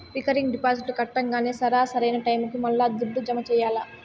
recurring డిపాజిట్లు కట్టంగానే సరా, సరైన టైముకి మల్లా దుడ్డు జమ చెయ్యాల్ల